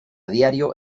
diario